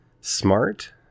smart